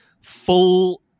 full